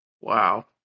Wow